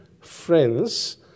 friends